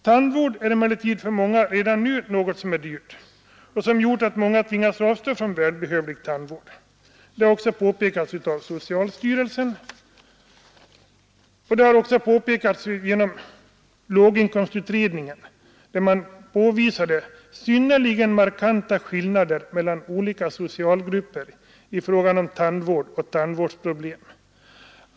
Tandvård är emellertid för många redan nu något som är dyrt, varför många tvingats avstå från behövlig tandvård. Det har också påpekats av socialstyrelsen och även av låginkomstutredningen, som påvisat synnerligen markanta skillnader mellan olika socialgrupper i fråga om tandvård och tandvårdsproblem.